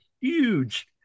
huge